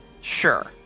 Sure